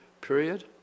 period